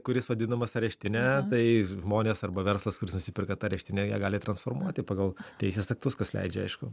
kuris vadinamas areštine tai žmonės arba verslas kuris nusiperka tą areštinę jie gali transformuoti pagal teisės aktus kas leidžia aišku